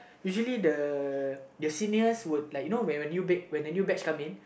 usually the the seniors would like you know when a new bed when a new batch come in